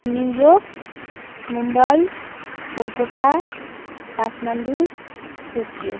New York Mumbai Kolkata Kathmandu Tokyo